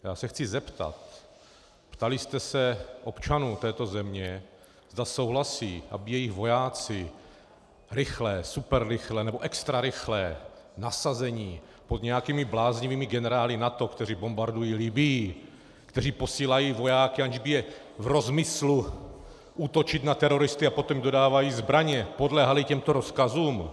Já se chci zeptat: Ptali jste se občanů této země, zda souhlasí, aby jejich vojáci, rychlé, superrychlé nebo extrarychlé nasazení pod nějakými bláznivými generály NATO, kteří bombardují Libyi, kteří posílají vojáky, aniž by je v rozmyslu útočit na teroristy a potom jim dodávají zbraně, podléhali těmto rozkazům?